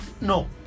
no